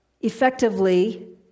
effectively